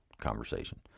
conversation